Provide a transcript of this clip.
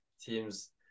teams